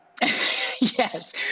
Yes